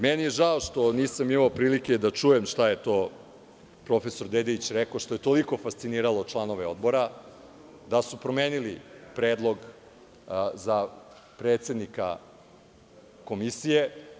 Meni je žao što nisam imao prilike da čujem šta je to prof. Dedejić rekao što je toliko fasciniralo članove odbora, da su promenili predlog za predsednika komisije.